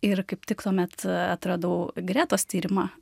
ir kaip tik tuomet atradau gretos tyrimą